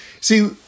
See